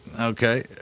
okay